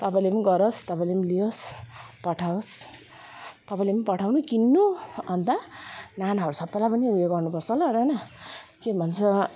तपाईँले पनि गरोस् तपाईँले पनि लियोस पठाओस् तपाईँले पनि पठाउनू किन्नू अन्त नानाहरू सबैलाई पनि ऊ यो गर्नु पर्छ ल नाना के भन्छ